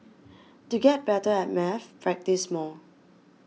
to get better at maths practise more